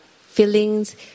feelings